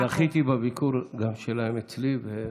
זכיתי גם בביקור שלהם אצלי.